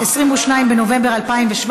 22 בנובמבר 2017,